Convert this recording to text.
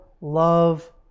love